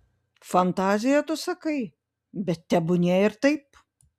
fantazija tu sakai bet tebūnie ir taip